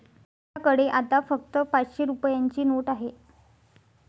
माझ्याकडे आता फक्त पाचशे रुपयांची नोट आहे